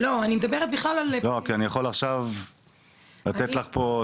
כי אני יכול עכשיו לתת לך נאום,